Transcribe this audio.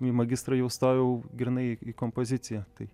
į magistrą jau stojau grynai į kompoziciją tai